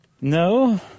No